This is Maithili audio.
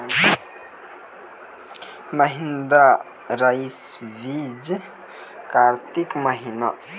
महिंद्रा रईसा बीज कार्तिक महीना?